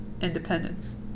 independence